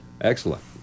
Excellent